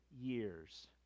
years